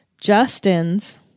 Justin's